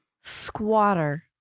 Squatter